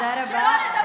תודה רבה.